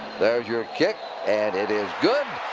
there's your kick. and it is good.